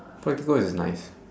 practical is nice